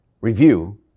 review